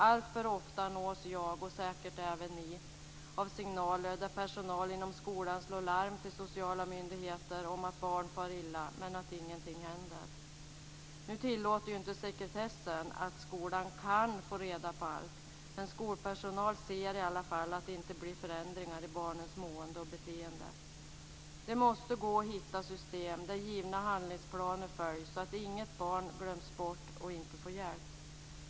Alltför ofta nås jag och säkert även ni av signaler där personal inom skolan slår larm till sociala myndigheter om att barn far illa utan att någonting händer. Nu tillåter inte sekretessen att skolan får reda på allt. Men skolpersonal ser i alla fall att det inte blir förändringar i barnens mående och beteende. Det måste gå att hitta system där givna handlingsplaner följs så att inget barn glöms bort och inte får hjälp.